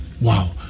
wow